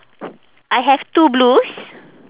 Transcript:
I have two blues